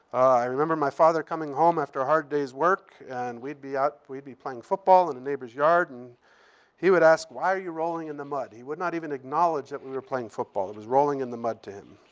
i remember my father coming home after a hard day's work, and we'd be ah we'd be playing football in the neighbor's yard, and he would ask, why are you rolling in the mud? he would not even acknowledge that we were playing football. it was rolling in the mud to